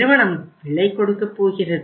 நிறுவனம் விலை கொடுக்கப் போகிறது